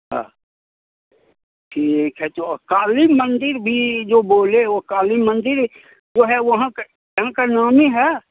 हाँ कि एक है जो काली मंदिर भी जो बोले वो काली मंदिर जो है वहाँ का वहाँ का नामी है